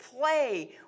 play